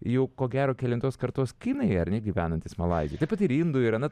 jau ko gero kelintos kartos kinai ar ne gyvenantys malaizijoj taip pat ir indų yra